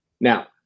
Now